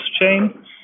chain